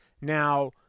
Now